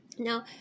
Now